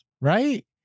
Right